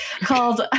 called